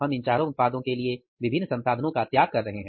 हम इन चारों उत्पादों के लिए विभिन्न संसाधनों का त्याग कर रहे हैं